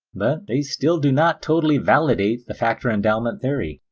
but they still do not totally validate the factor-endowment theory.